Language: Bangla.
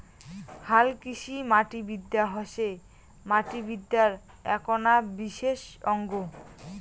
হালকৃষিমাটিবিদ্যা হসে মাটিবিদ্যার এ্যাকনা বিশেষ অঙ্গ